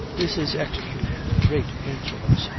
this is executed with great insolence,